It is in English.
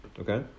okay